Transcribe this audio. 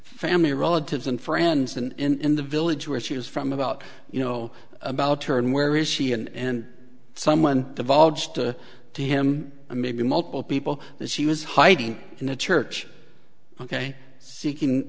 family relatives and friends and in the village where she was from about you know about her and where is she and someone divulged to to him and maybe multiple people that she was hiding in a church ok seeking